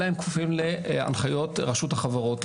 אלא הם כפופים להנחיות רשות החברות.